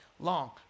long